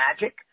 magic